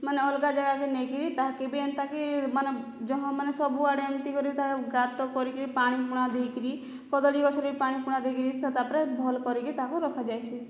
ମାନେ ଅଲଗା ଜାଗାକେ ନେଇକିରି ତାହାକେ ବି ଏନ୍ତା କି ମାନେ ଜହ ମାନେ ସବୁଆଡ଼େ ଏନ୍ତି କରି ତାହା ଗାତ କରିକିରି ପାଣି ପୁଣା ଦେଇକରି କଦଲୀ ଗଛରେ ବି ପାଣି ପୁଣା ଦେଇକିରି ସେ ତାପରେ ଭଲ୍ କରିକି ତାହାକୁ ରଖାଯାଇଛି